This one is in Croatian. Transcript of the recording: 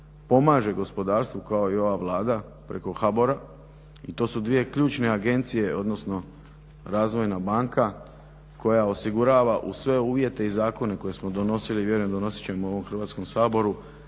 pomaže gospodarstvu kao i ova Vlada preko HBOR-a i to su dvije ključne agencije odnosno razvojna banka koja osigurava uz sve uvjete i zakone koje smo donosili i vjerujem donosit ćemo u Hrvatskom saboru